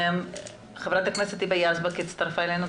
חברת הכנסת היבה יזבק הצטרפה אלינו.